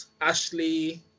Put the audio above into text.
Ashley